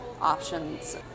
options